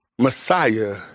Messiah